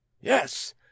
Yes